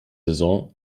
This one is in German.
saison